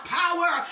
power